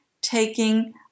taking